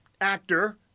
actor